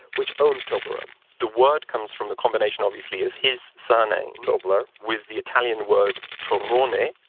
which owns toblerone the word comes from the combination, obviously, of his surname. tobler. with the italian word torrone,